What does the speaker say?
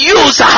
use